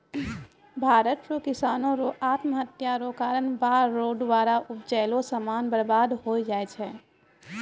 भारत रो किसानो रो आत्महत्या रो कारण बाढ़ रो द्वारा उपजैलो समान बर्बाद होय जाय छै